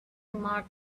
mark